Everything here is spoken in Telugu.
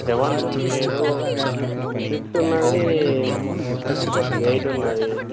సెవెన్ లేదా సిక్స్ ఉంది ఎయిట్ ఉంది